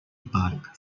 park